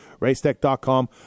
Racetech.com